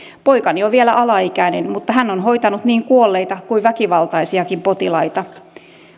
poikani on vielä alaikäinen mutta hän on hoitanut niin kuolleita kuin väkivaltaisiakin potilaita